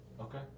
Okay